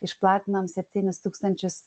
išplatinom septynis tūkstančius